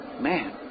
man